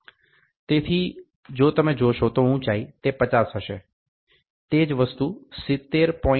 તેથી જો તમે જોશો તો ઉંચાઇ તે 50 હશે તે જ વસ્તુ 70